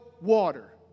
water